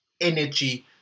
energy